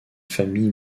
famille